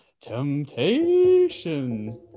temptation